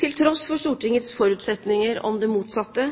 Til tross for Stortingets forutsetninger om det motsatte,